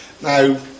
Now